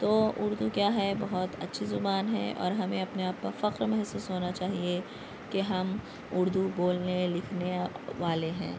تو اردو کیا ہے بہت اچھی زبان ہے اور ہمیں اپنے آپ پر فخر محسوس ہونا چاہیے کہ ہم اردو بولنے لکھنے والے ہیں